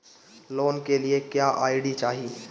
Loan के लिए क्या आई.डी चाही?